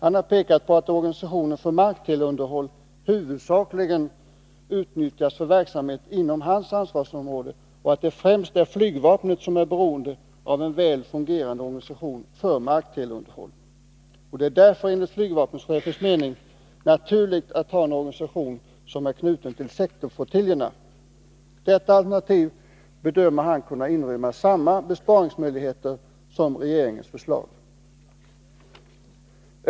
Han har pekat på att organisationen för markteleunderhåll huvudsakligen utnyttjas för verksamhet inom hans ansvarsområde och att det främst är flygvapnet som är beroende av en väl fungerande organisation för markteleunderhåll. Det är därför enligt flygvapenchefens mening naturligt att ha en organisation som är knuten till sektorflottiljerna. Detta alternativ bedömer han kunna inrymma samma besparingsmöjligheter som regeringens förslag.